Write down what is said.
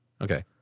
Okay